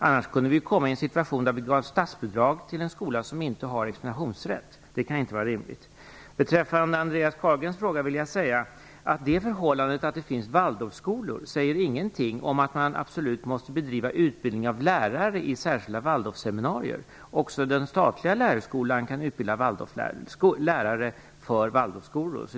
Annars kunde vi ju hamna i en situation där vi gav statsbidrag till en skola som inte har examensrätt. Det kan inte vara rimligt. Som svar på Andreas Carlgrens fråga vill jag påpeka att det förhållandet att det finns waldorfskolor inte säger någonting om att man absolut måste bedriva utbildning av lärare i särskilda waldorfseminarier. Också den statliga lärarhögskolan kan utbilda lärare för waldorfskolor.